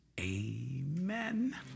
Amen